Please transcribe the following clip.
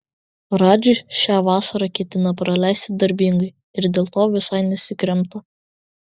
radži šią vasarą ketina praleisti darbingai ir dėl to visai nesikremta